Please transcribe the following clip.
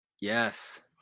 yes